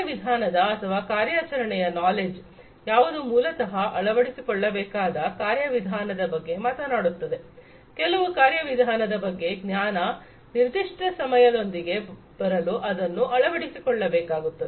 ಕಾರ್ಯವಿಧಾನದ ಅಥವಾ ಕಾರ್ಯಾಚರಣೆಯ ನಾಲೆಡ್ಜ್ ಯಾವುದು ಮೂಲತಹ ಅಳವಡಿಸಿಕೊಳ್ಳಬೇಕಾದ ಕಾರ್ಯವಿಧಾನದ ಬಗ್ಗೆ ಮಾತನಾಡುತ್ತದೆ ಕೆಲವು ಕಾರ್ಯವಿಧಾನದ ಬಗ್ಗೆ ಜ್ಞಾನ ನಿರ್ದಿಷ್ಟ ಸಮಸ್ಯೆಯೊಂದಿಗೆ ಬರಲು ಅದನ್ನು ಅಳವಡಿಸಿಕೊಳ್ಳಬೇಕಾಗುತ್ತದೆ